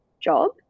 job